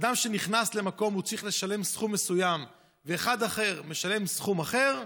אדם שנכנס למקום והוא צריך לשלם סכום מסוים ואחד אחר משלם סכום אחר,